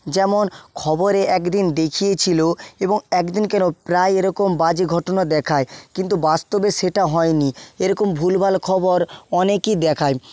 যেমন খবরে একদিন দেখিয়েছিল এবং একদিন কেন প্রায় এরকম বাজে ঘটনা দেখায় কিন্তু বাস্তবে সেটা হয়নি এরকম ভুলভাল খবর অনেকই দেখায়